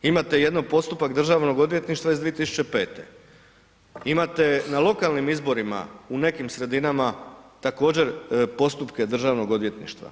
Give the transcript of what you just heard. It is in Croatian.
Imate jedan postupak Državnog odvjetništva iz 2005., imate na lokalnim izborima u nekim sredinama također postupke državnog odvjetništva.